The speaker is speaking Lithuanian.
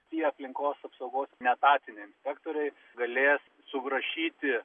tie aplinkos apsaugos neetatiniai inspektoriai galės surašyti